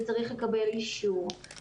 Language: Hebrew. זה צריך לקבל אישור.